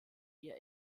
ihr